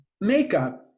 Makeup